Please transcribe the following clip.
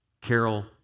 Carol